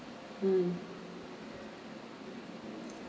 hmm